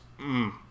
mmm